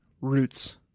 roots